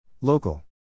Local